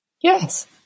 Yes